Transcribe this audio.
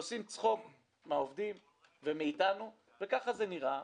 עושים צחוק מן העובדים ומאיתנו וכך זה נראה,